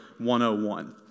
101